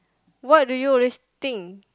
what do you always think